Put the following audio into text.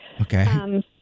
Okay